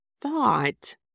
thought